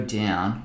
down